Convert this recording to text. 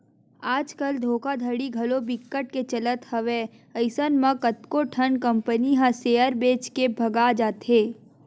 आज कल धोखाघड़ी घलो बिकट के चलत हवय अइसन म कतको ठन कंपनी ह सेयर बेच के भगा जाथे